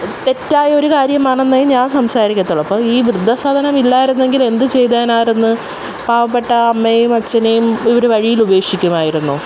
തെറ്റായ ഒരു കാര്യമാണെന്നെ ഞാൻ സംസാരിക്കത്തുള്ളൂ അപ്പോള് ഈ വൃദ്ധസദനം ഇല്ലായിരുന്നെങ്കിൽ എന്തുചെയ്തേനായിരുന്ന് പാവപ്പെട്ട അമ്മയെയും അച്ഛനെയും ഇവർ വഴിയിൽ ഉപേക്ഷിക്കുമായിരുന്നോ